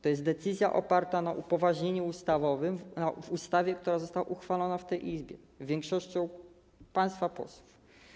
To jest decyzja oparta na upoważnieniu ustawowym zawartym w ustawie, która została uchwalona w tej Izbie większością głosów państwa posłów.